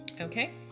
Okay